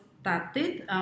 started